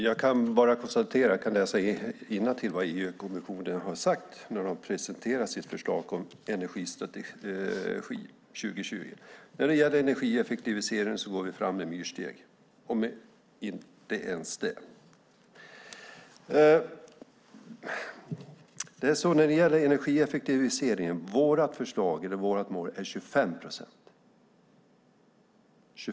Fru talman! Jag kan läsa upp vad EU-kommissionen sade när de presenterade sitt förslag Energistrategi 2020: När det gäller energieffektivisering går vi fram med myrsteg och inte ens det. Vårt mål för energieffektivisering är 25 procent.